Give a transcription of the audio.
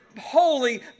holy